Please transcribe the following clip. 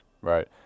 right